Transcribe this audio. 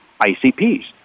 ICPs